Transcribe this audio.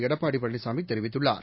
எடப்பாடிபழனிசாமிதெரிவித்துள்ளார்